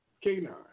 canine